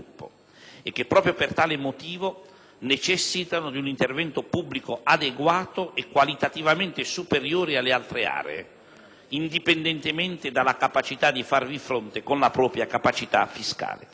e che, proprio per tale motivo, necessitano di un intervento pubblico adeguato e qualitativamente superiore alle altre aree, indipendentemente dalla capacità di farvi fronte con la propria capacità fiscale.